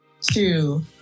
Two